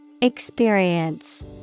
Experience